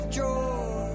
joy